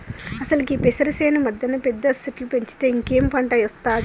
అసలు గీ పెసరు సేను మధ్యన పెద్ద సెట్టు పెంచితే ఇంకేం పంట ఒస్తాది